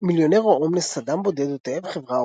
מיליונר או הומלס אדם בודד או תאב חברה